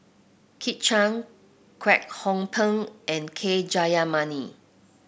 Kit Chan Kwek Hong Png and K Jayamani